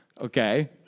Okay